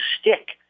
stick